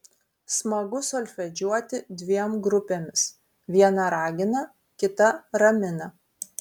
smagu solfedžiuoti dviem grupėmis viena ragina kita ramina